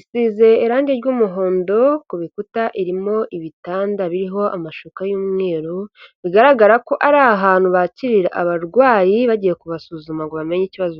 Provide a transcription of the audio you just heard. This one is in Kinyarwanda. isize irangi ry'umuhondo ku bikuta irimo ibitanda biriho amashuka y'umweru, bigaragara ko ari ahantu bakirira abarwayi bagiye kubasuzuma ngo bamenye ikibazo.